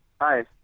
Hi